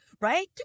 right